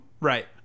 Right